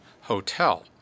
Hotel